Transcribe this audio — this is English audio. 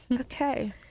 Okay